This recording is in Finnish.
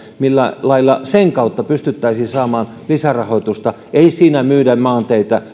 millä lailla sen kautta pystyttäisiin saamaan lisärahoitusta ei siinä myydä maanteitä